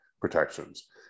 protections